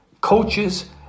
coaches